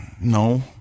No